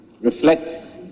reflects